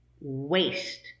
waste